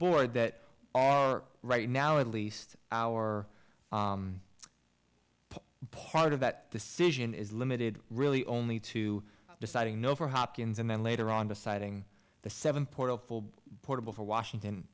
board that right now at least our part of that decision is limited really only to deciding no for hopkins and then later on deciding the seven point zero four portable for washington